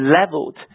leveled